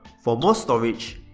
for more storage,